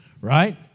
right